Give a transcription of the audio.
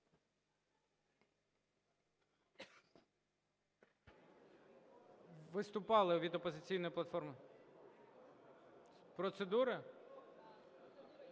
Виступали від "Опозиційної платформи". З процедури?